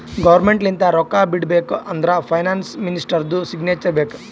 government ಲಿಂತ ರೊಕ್ಕಾ ಬಿಡ್ಬೇಕ ಅಂದುರ್ ಫೈನಾನ್ಸ್ ಮಿನಿಸ್ಟರ್ದು ಸಿಗ್ನೇಚರ್ ಬೇಕ್